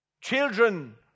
Children